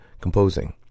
composing